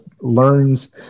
learns